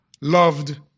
loved